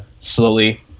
slowly